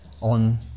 on